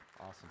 Awesome